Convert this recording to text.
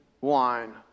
wine